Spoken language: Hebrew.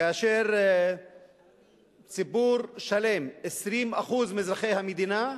כאשר ציבור שלם, 20% מאזרחי המדינה,